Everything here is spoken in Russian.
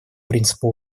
принципу